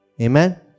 Amen